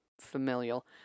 familial